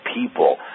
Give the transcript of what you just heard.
people